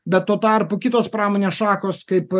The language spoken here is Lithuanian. bet tuo tarpu kitos pramonės šakos kaip